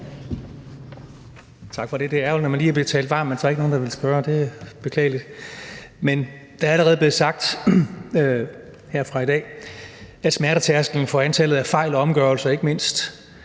der er allerede blevet sagt herfra i dag, at smertetærsklen for antallet af fejl og omgørelser – og ikke mindst